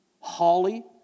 Holly